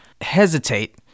hesitate